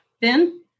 Ben